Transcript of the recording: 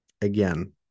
again